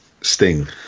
sting